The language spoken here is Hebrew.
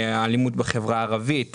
האלימות בחברה הערבית,